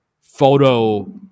photo